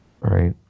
Right